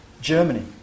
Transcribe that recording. Germany